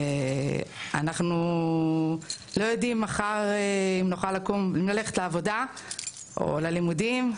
אנחנו לא יודעים מחר אם נוכל לקום ללכת לעבודה או ללימודים,